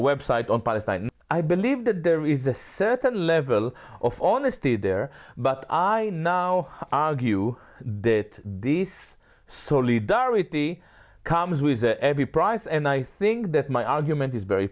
website on palestine i believe that there is a certain level of honesty there but i now argue that this soley directly comes with every prize and i think that my argument is very